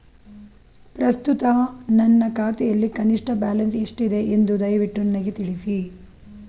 ಪ್ರಸ್ತುತ ನನ್ನ ಖಾತೆಯಲ್ಲಿ ಕನಿಷ್ಠ ಬ್ಯಾಲೆನ್ಸ್ ಎಷ್ಟಿದೆ ಎಂದು ದಯವಿಟ್ಟು ನನಗೆ ತಿಳಿಸಿ